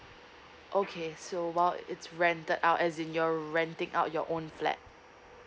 okay so well it's rented out as in you're renting out your own flat